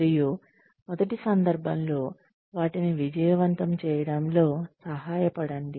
మరియు మొదటి సందర్భంలో వాటిని విజయవంతం చేయడంలో సహాయపడండి